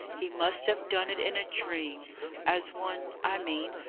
he must have done it in a dream as one, i mean,